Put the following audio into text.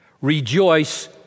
rejoice